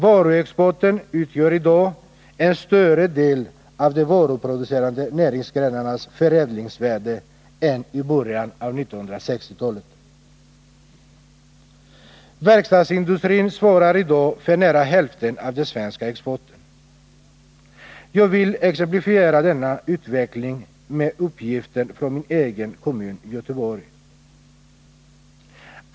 Varuexporten utgör i dag en större del av de varuproducerande näringsgrenarnas förädlingsvärde än i början av 1960-talet. Verkstadsindustrin svarar i dag för nära hälften av den svenska exporten. Jag vill exemplifiera denna utveckling med uppgifter från min egen kommun, Göteborg.